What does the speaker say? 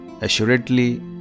Assuredly